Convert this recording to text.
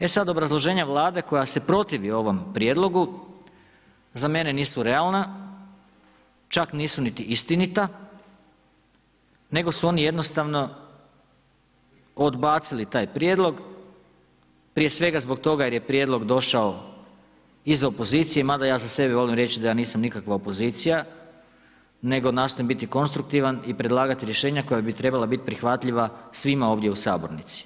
E sad obrazloženje Vlade koja se protivi ovom prijedlogu za mene nisu realna, čak nisu niti istinita nego su oni jednostavno odbacili taj prijedlog prije svega zbog toga jer je prijedlog došao iz opozicije mada ja za sebe volim reći da ja nisam nikakva opozicija nego nastojim biti konstruktivan i predlagati rješenja koja bi trebala biti prihvatljiva svima ovdje u sabornici.